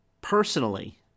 personally